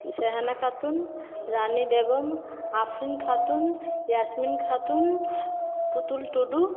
Sehana Khatun Rani Begum Afrin Khatun Yasmin Khatun Putul Tudu